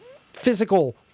physical